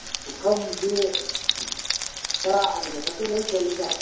ꯄꯨꯈꯝꯁꯤ ꯇꯔꯥꯒꯤ ꯃꯊꯛꯇ ꯂꯣꯏ ꯆꯜꯂꯤꯗ